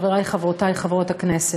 חברי וחברותי חברות הכנסת,